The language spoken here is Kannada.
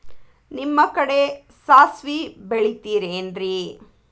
ನಿಮ್ಮ ಕಡೆ ಸಾಸ್ವಿ ಬೆಳಿತಿರೆನ್ರಿ?